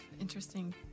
interesting